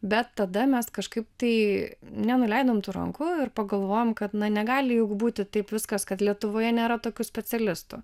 bet tada mes kažkaip tai nenuleidom tų rankų ir pagalvojom kad na negali juk būti taip viskas kad lietuvoje nėra tokių specialistų